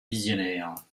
visionnaire